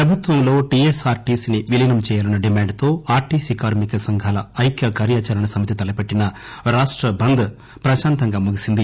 ప్రభుత్వంలో టీఎస్ ఆర్టీసీని విలీనం చేయాలన్న డిమాండ్ తో ఆర్టీసీ కార్మిక సంఘాల ఐక్య కార్యాచరణ సమితి తలపెట్టిన రాష్ట బంద్ ప్రశాంతంగా ముగిసింది